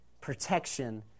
protection